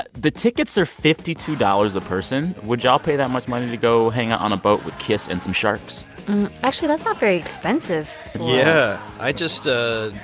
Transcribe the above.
but the tickets are fifty two dollars a person, which i'll pay that much money to go hang out on a boat with kiss and some sharks actually, that's not very expensive yeah. i just ah